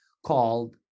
called